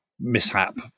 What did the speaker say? mishap